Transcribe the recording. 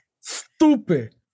Stupid